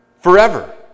Forever